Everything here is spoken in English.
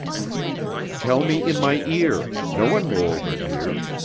tell me in my ear. no one will overhear.